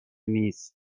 نیست